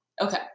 okay